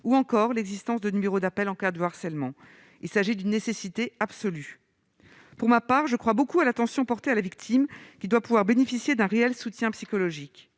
ou encore l'existence de numéro d'appel en cas de harcèlement, il s'agit d'une nécessité absolue pour ma part, je crois beaucoup à l'attention portée à la victime qui doit pouvoir bénéficier d'un réel soutien psychologique